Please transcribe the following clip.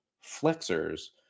flexors